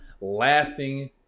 Lasting